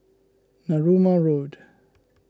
Narooma Road